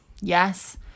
yes